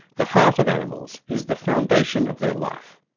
the heart of animals is the foundation of their life,